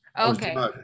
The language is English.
Okay